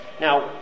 Now